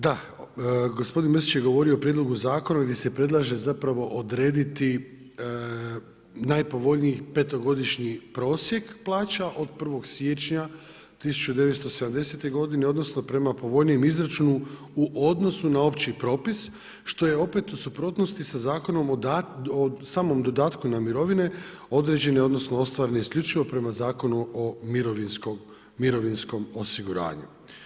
Da, gospodin Mrsić je govorio o prijedlogu zakona gdje se predlaže zapravo odrediti najpovoljniji petogodišnji prosjek plaća od 1. siječnja 1970. godine, odnosno prema povoljnijem izračunu u odnosu na opći propis što je opet u suprotnosti sa zakonom o samom dodatku na mirovine, određene, odnosno ostvarene isključivo prema Zakonu o mirovinskom osiguranju.